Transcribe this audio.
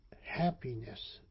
happiness